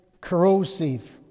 corrosive